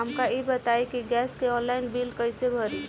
हमका ई बताई कि गैस के ऑनलाइन बिल कइसे भरी?